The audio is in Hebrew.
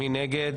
מי נגד?